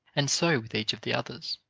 and so with each of the others.